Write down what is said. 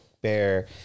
bear